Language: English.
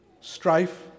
strife